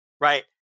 right